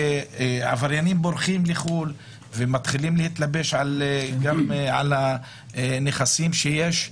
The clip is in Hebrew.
עבריינים בורחים לחו"ל ומתחילים להתלבש גם על הנכסים שיש.